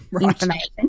information